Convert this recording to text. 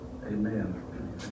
Amen